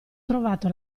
trovato